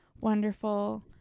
Wonderful